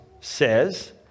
says